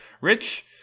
Rich